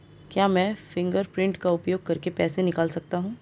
क्या मैं फ़िंगरप्रिंट का उपयोग करके पैसे निकाल सकता हूँ?